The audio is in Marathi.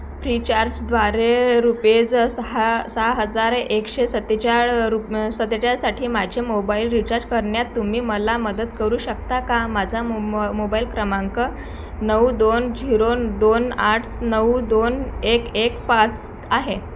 फ्रीचार्जद्वारे रुपेज सहा सहा हजार एकशे सत्तेचाळ रु म सत्तेचाळसाठी माझे मोबाईल रिचार्ज करण्यात तुम्ही मला मदत करू शकता का माझा मो म मोबाईल क्रमांक नऊ दोन झिरो दोन आठ नऊ दोन एक एक पाच आहे